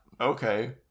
okay